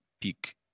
peak